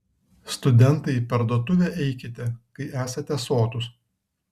studentai į parduotuvę eikite kai esate sotūs